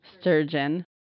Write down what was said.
sturgeon